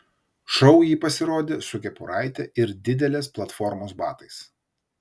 šou ji pasirodė su kepuraite ir didelės platformos batais